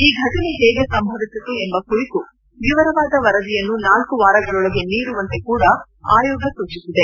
ಈ ಘಟನೆ ಹೇಗೆ ಸಂಭವಿಸಿತು ಎಂಬ ಕುರಿತು ವಿವರವಾದ ವರದಿಯನ್ನು ನಾಲ್ಲು ವಾರಗಳೊಳಗೆ ನೀಡುವಂತೆ ಕೂಡ ಆಯೋಗ ಸೂಚಿಸಿದೆ